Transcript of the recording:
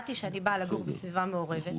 ידעתי שאני באה לגור בסביבה מעורבת,